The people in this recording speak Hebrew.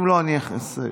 קבוצת סיעת ש"ס,